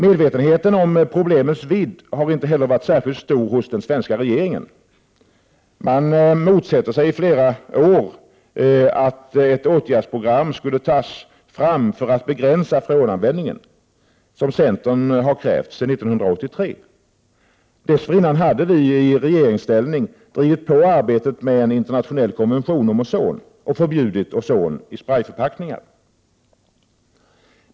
Medvetenheten om problemens vidd har inte heller varit särskilt stor hos den svenska regeringen. Man motsatte sig i flera år att ett åtgärdsprogram skulle tas fram för att begränsa freonanvändningen, vilket centern har krävt sedan 1983. Dessförinnan hade vi i regeringsställning drivit på arbetet med en internationell konvention om ozon och förbjudit freon i sprayförpackningar.